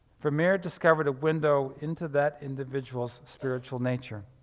vermeer discovered a window into that individual's spiritual nature.